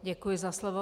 Děkuji za slovo.